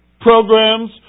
programs